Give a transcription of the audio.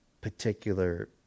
particular